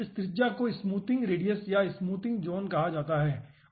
इस त्रिज्या को स्मूथिंग रेडियस या स्मूथिंग ज़ोन कहा जाता है ठीक है